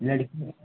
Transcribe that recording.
लड़की